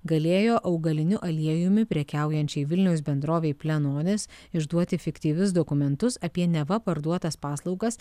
galėjo augaliniu aliejumi prekiaujančiai vilniaus bendrovei plenonis išduoti fiktyvius dokumentus apie neva parduotas paslaugas